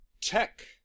Tech